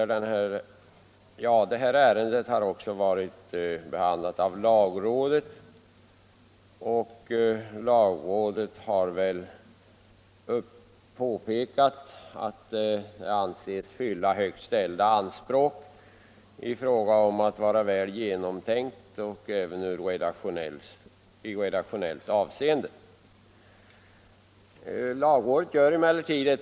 Förslaget till lagändringar har även behandlats av lagrådet, som har påpekat att de lösningar som förslaget innehåller är väl genomtänkta och att det även i redaktionellt avseende fyller högt ställda anspråk.